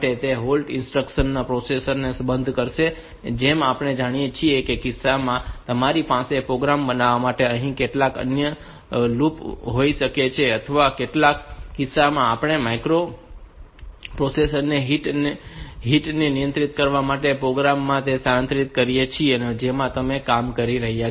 તેથી halt instructions processor ને બંધ કરશે અને જેમ આપણે જાણીએ છીએ કે તમારા કિસ્સામાં તમારી પાસે પ્રોગ્રામ બનાવવા માટે અહીં કેટલાક અન્ય લૂપ્સ વગેરે હોઈ શકે છે અથવા કેટલાક કિસ્સાઓમાં આપણે માઇક્રોપ્રોસેસર ની હીટ ને નિયંત્રિત કરવા માટેના પ્રોગ્રામ માં તેને સ્થાનાંતરિત કરીએ છીએ કે જેના પર તમે કામ કરી રહ્યાં છો